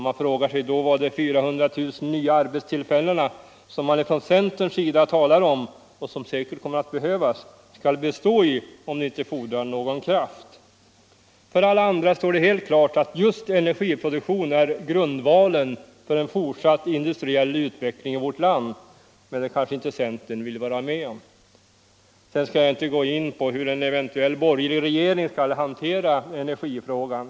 Man frågar sig då vad de 400 000 nya arbetstillfällena, som man från centerns sida talar om och som säkert kommer att behövas, skall bestå i om de inte fordrar någon kraft. För alla andra står det helt klart att just energiproduktion är grundvalen för en fortsatt industriell utveckling i vårt land, men det kanske inte centern vill vara med om. Jag skall inte gå in på hur en eventuell borgerlig regering skall hantera energifrågan.